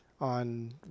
on